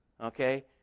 Okay